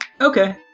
Okay